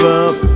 up